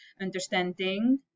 understanding